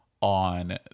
on